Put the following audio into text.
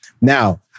now